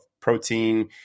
protein